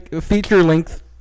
feature-length